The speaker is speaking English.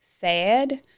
sad